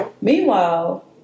Meanwhile